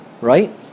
right